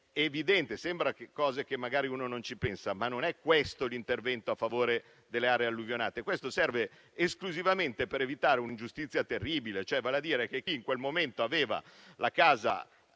alluvionate della Toscana. Magari uno non ci pensa, ma non è questo l'intervento a favore delle aree alluvionate; serve esclusivamente per evitare un'ingiustizia terribile, vale a dire che chi in quel momento aveva la casa